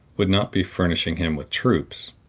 would not be furnishing him with troops,